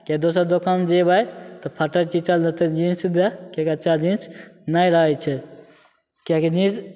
किएक तऽ दोसर दोकानमे जेबै तऽ फाटल चिटल रहतै जीन्स किएकि अच्छा जीन्स नहि रहै छै किएकि जीन्स